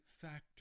factor